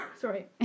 sorry